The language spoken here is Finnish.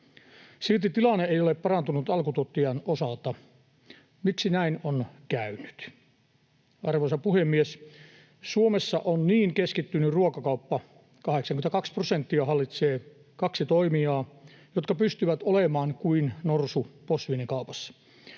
Silti tilanne ei ole parantunut alkutuottajan osalta. Miksi näin on käynyt? Arvoisa puhemies! Suomessa on niin keskittynyt ruokakauppa, että 82:ta prosenttia hallitsee kaksi toimijaa, jotka pystyvät olemaan kuin norsu posliinikaupassa.